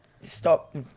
stop